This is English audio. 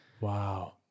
Wow